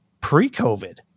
pre-COVID